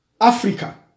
Africa